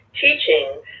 teaching